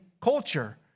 culture